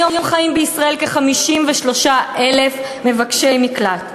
היום חיים בישראל כ-53,000 מבקשי מקלט.